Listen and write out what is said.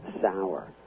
sour